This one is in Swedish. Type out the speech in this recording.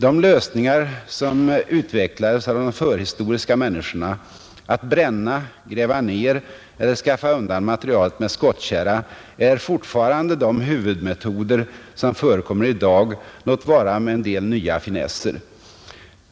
De lösningar som utvecklades av de förhistoriska människorna — att bränna, gräva ner eller skaffa undan materialet med skottkärra — är fortfarande de huvudmetoder som förekommer i dag, låt vara med en del nya finesser.